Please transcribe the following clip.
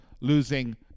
losing